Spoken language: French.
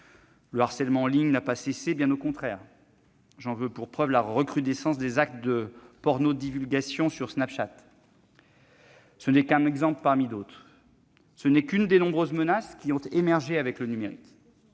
le harcèlement en ligne n'a pas cessé, bien au contraire. J'en veux pour preuve la recrudescence des actes de pornodivulgation sur Snapchat- ce n'est qu'un exemple parmi d'autres des nombreuses menaces qui ont émergé avec le numérique.